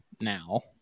now